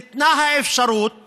ניתנה האפשרות